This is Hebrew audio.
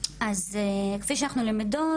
אז כפי שאנחנו למדות,